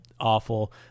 awful